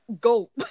Go